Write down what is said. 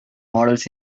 models